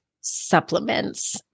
supplements